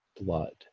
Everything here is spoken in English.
blood